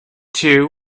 two